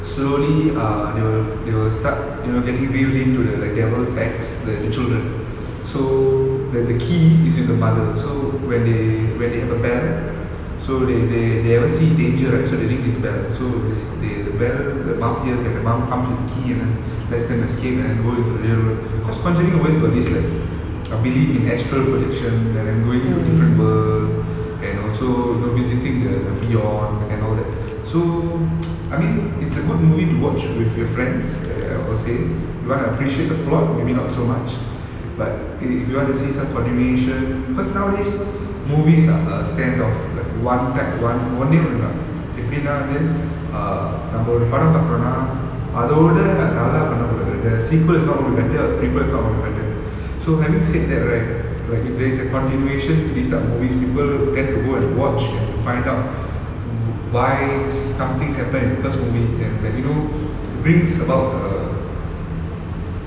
slowly err they will they will start you know getting real in to the like devil sex the the children so the the key is with the mother so when they when they have a bell so they they they ever see danger right so they ring this bell so basic~ they the bell the mum hears right the mum comes with the key and then lets them escape and then go into real world cause conjuring always got this like belief in astral projection and then going to different worlds and also you know visiting the beyond and all that so I mean it's a good movie to watch with your friends err I would say you wanna appreciate the plot maybe not so much but it if you want to see some continuation cause nowadays movies are a stand-off like one type one ஒண்ணே ஒண்ணு தான் எப்படின்னா வந்து:onne onnu thaan eppadinna vanthu err நம்ம ஒரு படம் பார்க்குறோம்னா அதோட நல்லா பண்ண கூடாது:namma oru padam paarkuromna adhoda nalla panna koodathu sequel is not gonna be better prequel is not gonna be better so having said that right like if there is a continuation to this type of movies people tend to go and watch and to find out wh~ why some things happen in the first movie and like you know brings about a